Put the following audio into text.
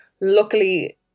Luckily